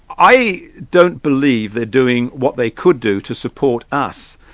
i don't believe they're doing what they could do to support us.